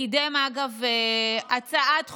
הוא קידם, אגב, הצעת חוק,